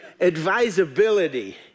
Advisability